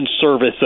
service